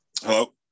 Hello